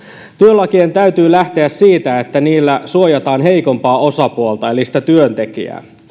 työlakien täytyy lähteä siitä että niillä suojataan heikompaa osapuolta eli sitä työntekijää